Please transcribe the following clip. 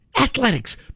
athletics